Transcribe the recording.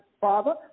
father